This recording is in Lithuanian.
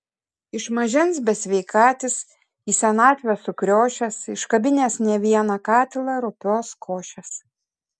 iš mažens besveikatis į senatvę sukriošęs iškabinęs ne vieną katilą rupios košės